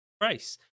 price